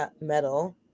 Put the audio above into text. metal